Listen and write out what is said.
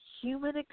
human